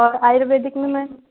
और आयुर्वेदिक में मैम